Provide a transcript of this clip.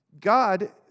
God